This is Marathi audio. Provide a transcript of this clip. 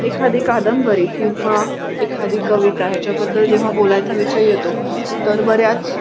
एखादी कादंबरी किंवा एखादी कविता ह्याच्याबद्दल जेव्हा बोलायचा विषय येतो तर बऱ्याच